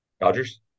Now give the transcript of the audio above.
Dodgers